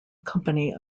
company